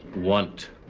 want,